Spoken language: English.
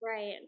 Right